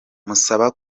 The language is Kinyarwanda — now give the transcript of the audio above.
musaba